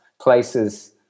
places